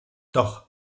doch